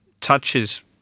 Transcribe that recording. touches